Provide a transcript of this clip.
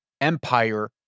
empire